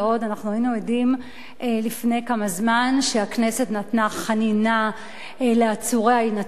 אנחנו היינו עדים לפני כמה זמן לחנינה שהכנסת נתנה לעצורי ההינתקות,